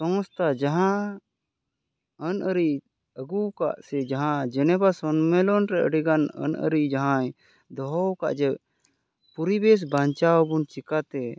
ᱥᱚᱝᱥᱛᱟ ᱡᱟᱦᱟᱸ ᱟᱹᱱ ᱟᱹᱨᱤ ᱟᱹᱜᱩ ᱟᱠᱟᱫ ᱥᱮ ᱡᱟᱦᱟᱸ ᱡᱮᱱᱮᱵᱟ ᱥᱚᱱᱢᱮᱞᱚᱱ ᱨᱮ ᱟᱹᱰᱤ ᱜᱟᱱ ᱟᱹᱱ ᱟᱹᱨᱤ ᱡᱟᱦᱟᱸᱭ ᱫᱚᱦᱚ ᱟᱠᱟᱫ ᱡᱮ ᱯᱚᱨᱤᱵᱮᱥ ᱵᱟᱧᱪᱟᱣ ᱵᱚᱱ ᱪᱤᱠᱟᱹᱛᱮ